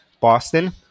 Boston